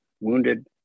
wounded